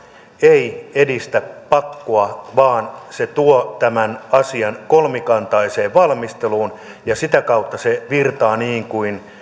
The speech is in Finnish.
ei edistä pakkoa vaan se tuo tämän asian kolmikantaiseen valmisteluun ja sitä kautta se virtaa niin kuin